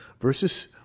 versus